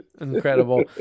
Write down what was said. incredible